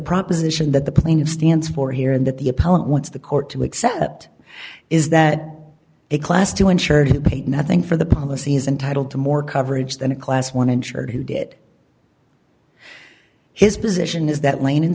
proposition that the plaintiff stands for here and that the appellant wants the court to accept is that a class to insure he paid nothing for the policy is entitled to more coverage than a class one insured who did his position is that lane in